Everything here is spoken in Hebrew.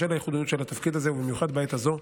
בשל הייחודיות של התפקיד הזה, ובמיוחד בעת הזו,